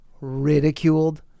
ridiculed